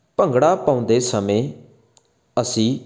ਭੰਗੜਾ ਪਾਉਂਦੇ ਸਮੇਂ ਅਸੀਂ